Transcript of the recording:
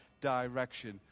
direction